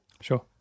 Sure